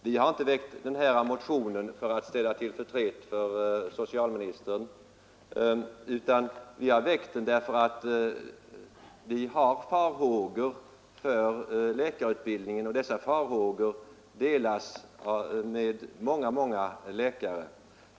Vi har inte väckt den här motionen för att ställa till förtret för socialministern, utan därför att vi hyser farhågor för läkarutbildningen, och dessa farhågor delas av många, många läkare.